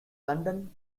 london